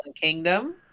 Kingdom